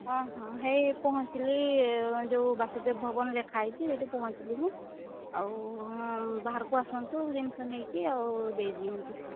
ହଁ ହଁ ହେଇ ପହଞ୍ଚିଲି ଯେଉଁ ବାସୁଦେବ ଭବନ ଲେଖା ହୋଇଛି ସେଇଠି ପହଞ୍ଚିଲି ମୁଁ ଆଉ ବାହାରକୁ ଆସନ୍ତୁ ଜିନିଷ ନେଇକି ଆଉ ଦେଇ ଦିଅନ୍ତୁ